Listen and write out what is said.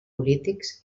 polítics